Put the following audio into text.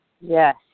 Yes